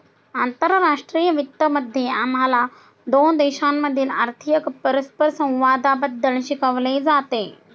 आंतरराष्ट्रीय वित्त मध्ये आम्हाला दोन देशांमधील आर्थिक परस्परसंवादाबद्दल शिकवले जाते